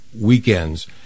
weekends